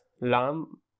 Lam